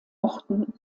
orten